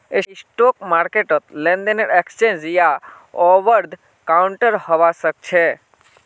spot market लेनदेन exchange या over the counter हवा सक्छे